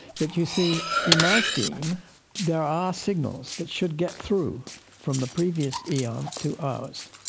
but, you see, in my scheme there are signals that should get through from the previous eon to ours.